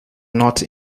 not